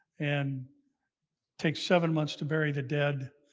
and takes seven months to bury the dead.